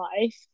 life